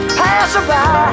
passerby